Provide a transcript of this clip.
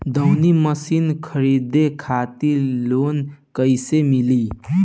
दऊनी मशीन खरीदे खातिर लोन कइसे मिली?